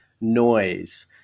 Noise